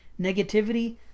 Negativity